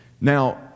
Now